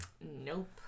Nope